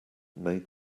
made